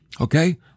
Okay